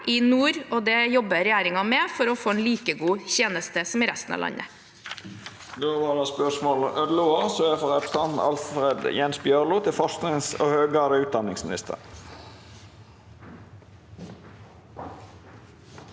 Nord. Det jobber regjeringen med for å få en like god tjeneste som i resten av landet.